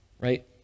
Right